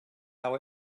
how